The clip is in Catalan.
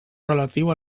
relatiu